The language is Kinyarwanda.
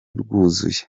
rwuzuye